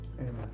amen